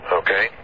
okay